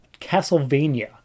Castlevania